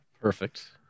Perfect